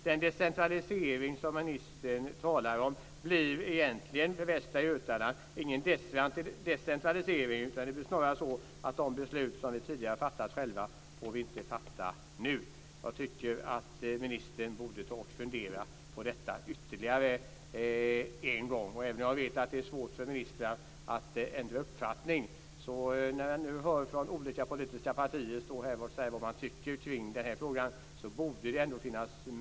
Decentraliseringen innebär för Västra Götaland att de beslut vi tidigare fick fatta får vi nu inte fatta. Ministern borde fundera ytterligare. Även om det är svårt för en minister att ändra uppfattning, borde det finnas en möjlighet för en minister att göra det efter att ha hört olika partiers uppfattning.